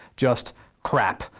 just crap.